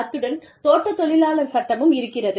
அத்துடன் தோட்டத் தொழிலாளர் சட்டமும் இருக்கிறது